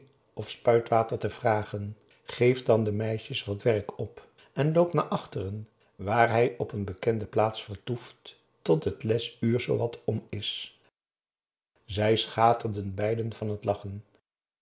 of spuitwater te vragen geeft dan de meisjes wat werk op en loopt naar achteren waar hij op een bekende plaats vertoeft tot het lesuur zoowat om is zij schaterden beiden van het lachen